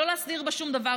לא להסדיר בה שום דבר,